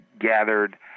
gathered